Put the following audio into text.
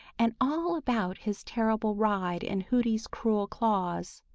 and all about his terrible ride in hooty's cruel claws.